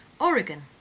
Oregon